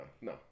no